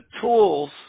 tools